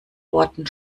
worten